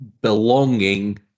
belonging